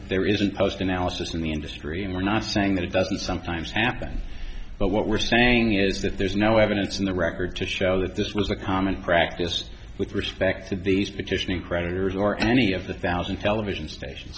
there isn't post analysis in the industry and we're not saying that it doesn't sometimes happen but what we're saying is that there's no evidence in the record to show that this was a common practice with respect to these petitioning creditors or any of the thousand television stations